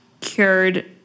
cured